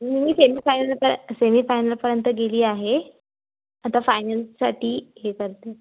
मी सेमीफायनलपरे सेमीफायनलपर्यंत गेली आहे आता फायनलसाठी हे करते